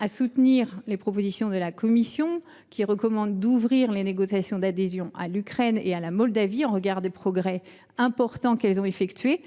à soutenir les propositions de la Commission qui recommandent d’ouvrir les négociations d’adhésion à l’Ukraine et à la Moldavie, au regard des progrès importants qu’elles ont effectués.